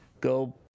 go